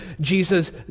Jesus